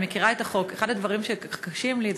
אני מכירה את החוק, אחד הדברים שקשים לי זה